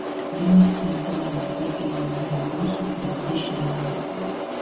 vilniaus centrine gatve ėjo žmogus su kirviu dešinėje rankoje